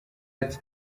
ati